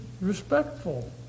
respectful